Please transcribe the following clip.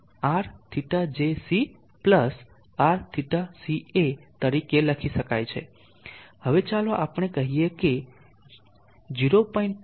તેથી Rθja ને Rθjc Rθca તરીકે લખી શકાય છે હવે ચાલો આપણે કહીએ કે 0